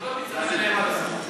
נצמדים לעובדות, תיצמד אליהן עד הסוף.